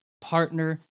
partner